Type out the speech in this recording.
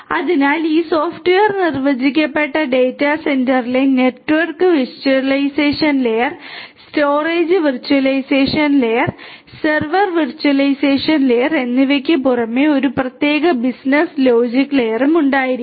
അതിനാൽ ഒരു സോഫ്റ്റ്വെയർ നിർവചിക്കപ്പെട്ട ഡാറ്റാ സെന്ററിലെ നെറ്റ്വർക്ക് വിർച്ച്വലൈസേഷൻ ലെയർ എന്നിവയ്ക്ക് പുറമേ ഒരു പ്രത്യേക ബിസിനസ് ലോജിക് ലെയറും ഉണ്ടായിരിക്കണം